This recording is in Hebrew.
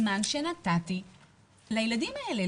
זמן שנתתי לילדים האלה.